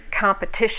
competition